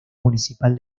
municipal